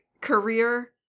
career